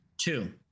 Two